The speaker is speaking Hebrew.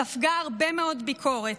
ספגה הרבה מאוד ביקורת,